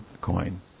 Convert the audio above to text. coin